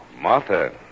Martha